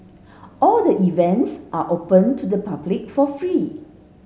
all the events are open to the public for free